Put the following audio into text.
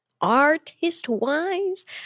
Artist-wise